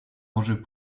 enjeux